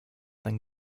then